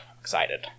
excited